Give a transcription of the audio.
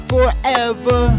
Forever